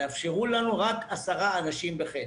אפשרו לנו רק עשרה אנשים בחדר,